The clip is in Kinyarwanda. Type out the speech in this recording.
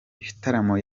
gitaramo